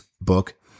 book